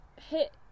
hit